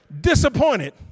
disappointed